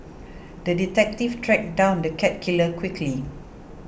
the detective tracked down the cat killer quickly